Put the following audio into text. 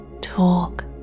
talk